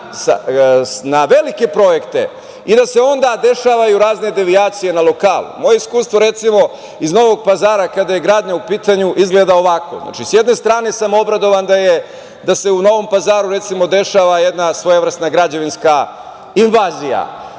na velike projekte i da se onda dešavaju razne devijacije na lokalu. Moje iskustvo, recimo, iz Novog Pazara kada je gradnja u pitanju izgleda ovako. S jedne strane sam obradovan da se u Novom Pazaru, recimo, dešava jedna svojevrsna građevinska invazija,